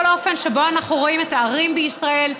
האופן שבו אנחנו רואים את הערים בישראל,